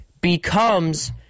becomes